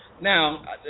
Now